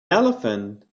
elephant